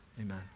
amen